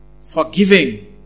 forgiving